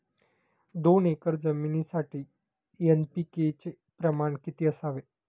दोन एकर जमीनीसाठी एन.पी.के चे प्रमाण किती असावे?